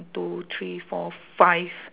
two three four five